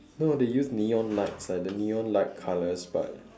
no they use neon lights like the neon light colours but